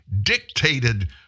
dictated